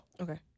Okay